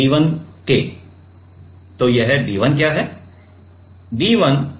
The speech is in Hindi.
और यह d 1 क्या है